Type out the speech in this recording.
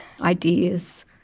ideas